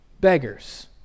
beggars